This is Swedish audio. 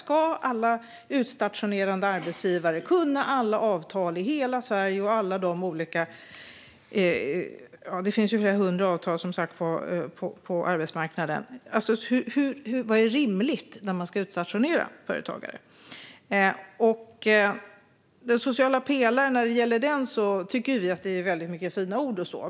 Ska alla utstationerande arbetsgivare kunna alla avtal i hela Sverige? Det finns flera hundra avtal på arbetsmarknaden. Vad är rimligt när företagare ska utstationera? Den sociala pelaren handlar om många fina ord.